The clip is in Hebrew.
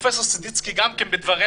פרופ' סדצקי גם כן בדבריה,